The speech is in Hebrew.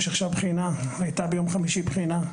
יש עשיו בחינה, הייתה ביום חמישי בחינה.